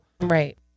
Right